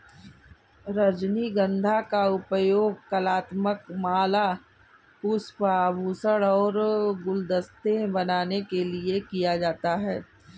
रजनीगंधा का उपयोग कलात्मक माला, पुष्प, आभूषण और गुलदस्ते बनाने के लिए किया जाता है